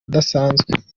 udasanzwe